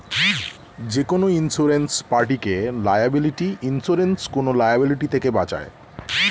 যেকোনো ইন্সুরেন্স পার্টিকে liability insurance কোন লায়াবিলিটি থেকে বাঁচায়